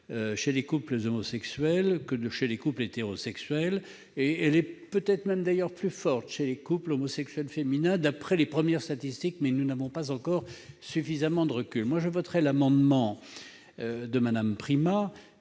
chez les couples homosexuels que chez les couples hétérosexuels. Elle serait même plus forte chez les couples homosexuels féminins d'après les premières statistiques, mais nous n'avons pas encore suffisamment de recul. Pour ma part, je voterai l'amendement de Mme Primas,